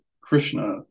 Krishna